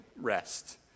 rest